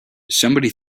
somebody